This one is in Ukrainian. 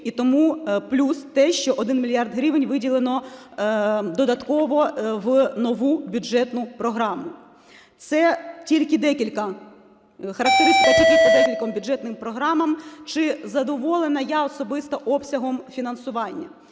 і тому плюс те, що 1 мільярд гривень виділено додатково в нову бюджетну програму. Це тільки декілька… характеристика тільки по декільком бюджетним програмам. Чи задоволена я особисто обсягом фінансування?